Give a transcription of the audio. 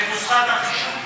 כל גמלאי, בנוסחת החישוב,